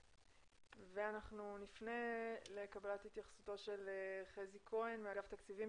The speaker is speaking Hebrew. אנחנו נפנה לקבלת התייחסותו של מר חזי כהן מאגף התקציבים